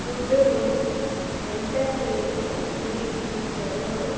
గుడ్డుని ఎంతసేపు ఉడికించను